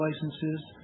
licenses